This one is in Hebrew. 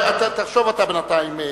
תחשוב אתה בינתיים.